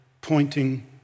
pointing